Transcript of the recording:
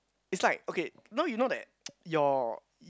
it's like okay you know you know that your y~